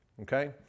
Okay